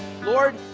Lord